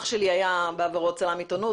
אח שלי היה בעברו צלם עיתונות,